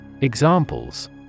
Examples